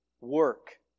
work